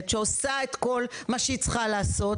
שהיא עושה את כל מה שהיא צריכה לעשות,